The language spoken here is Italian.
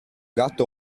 gatto